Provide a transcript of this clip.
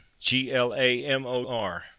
G-L-A-M-O-R